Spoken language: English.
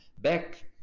back